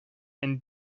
and